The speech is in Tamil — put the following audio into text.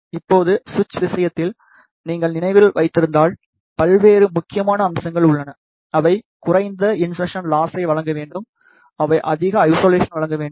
இப்போது சுவிட்ச் விஷயத்தில் நீங்கள் நினைவில் வைத்திருந்தால் பல்வேறு முக்கியமான அம்சங்கள் உள்ளன அவை குறைந்த இன்சர்சன் லாஸை வழங்க வேண்டும் அவை அதிக ஐசொலேசனை வழங்க வேண்டும்